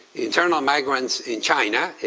internal migrants in china.